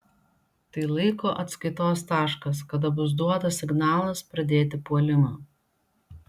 tai laiko atskaitos taškas kada bus duotas signalas pradėti puolimą